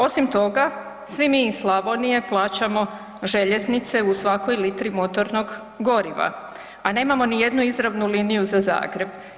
Osim toga svi mi iz Slavonije plaćamo željeznice u svakoj litri motornog goriva, a nemamo ni jednu izravnu liniju za Zagreb.